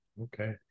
okay